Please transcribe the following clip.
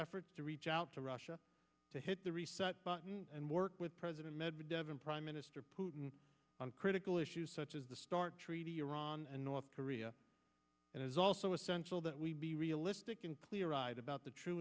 efforts to reach out to russia to hit the reset button and work with president medvedev and prime minister putin on critical issues such as the start treaty iran and north korea and it is also essential that we be realistic in pleo ride about the true